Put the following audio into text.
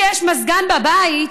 שיש מזגן בבית,